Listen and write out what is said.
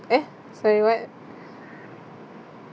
eh sorry what